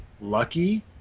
lucky